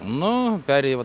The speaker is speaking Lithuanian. nu perėjai va